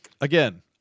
again